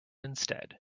instead